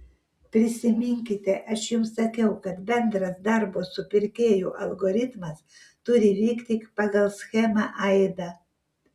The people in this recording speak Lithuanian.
prisiminkite aš jums sakiau kad bendras darbo su pirkėju algoritmas turi vykti pagal schemą aida